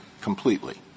completely